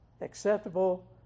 acceptable